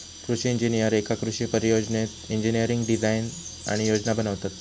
कृषि इंजिनीयर एका कृषि परियोजनेत इंजिनियरिंग डिझाईन आणि योजना बनवतत